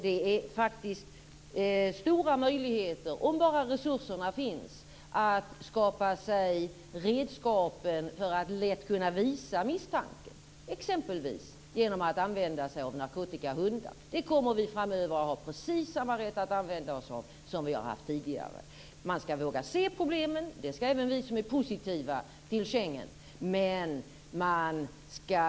Det finns faktiskt stora möjligheter, om bara resurserna finns, att skapa sig redskapen för att lätt kunna visa misstanke, exempelvis genom att använda sig av narkotikahundar. Det kommer vi framöver att ha precis samma rätt att använda oss av som vi tidigare har haft. Man skall våga se problemen. Det skall även vi som är positiva till Schengensamarbetet göra.